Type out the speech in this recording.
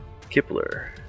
Kipler